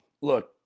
Look